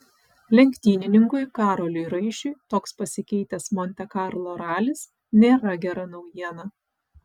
lenktynininkui karoliui raišiui toks pasikeitęs monte karlo ralis nėra gera naujiena